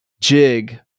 jig